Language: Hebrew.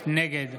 נגד